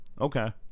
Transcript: okay